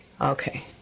Okay